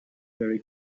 very